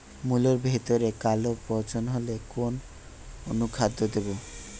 মুলোর ভেতরে কালো পচন হলে কোন অনুখাদ্য দেবো?